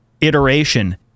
iteration